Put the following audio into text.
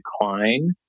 decline